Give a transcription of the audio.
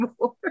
more